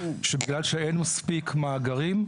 שבגלל שאין מספיק מאגרים,